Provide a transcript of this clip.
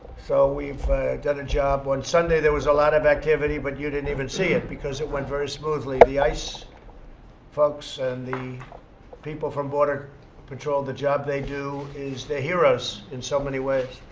so we've done a job. on sunday, there was a lot of activity, but you didn't even see it because it went very smoothly. the ice folks and the people from border patrol, the job they do, is they're heroes in so many ways.